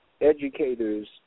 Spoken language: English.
educators